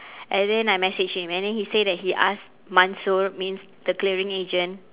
and then I messaged him and then he said he that he asked mansur means the clearing agent